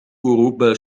أوروبا